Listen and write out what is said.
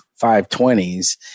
520s